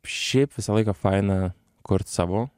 šiaip visą laiką faina kurt savo